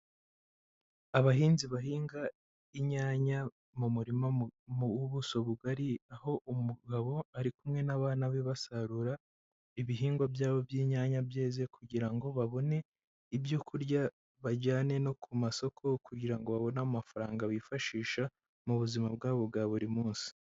Abahinzi bahinga inyanya mu murima w'ubuso bugari, aho umugabo ari kumwe n'abana be basarura ibihingwa byabo by'inyanya byeze, kugira ngo babone ibyo kurya bajyane no ku masoko, kugira ngo babone amafaranga bifashisha, mu buzima bwabo bwa buri munsi.